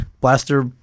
blaster